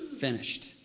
finished